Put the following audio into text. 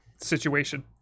situation